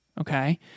Okay